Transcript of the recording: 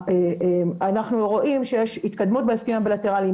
אנחנו רואים שיש התקדמות בהסכמים הבילטרליים,